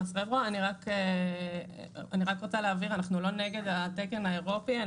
אני רוצה להבהיר שאנחנו לא נגד התקן האירופי.